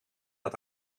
dat